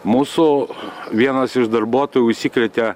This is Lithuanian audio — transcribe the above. mūsų vienas iš darbuotojų užsikrėtė